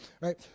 right